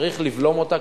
צריך לבלום אותה,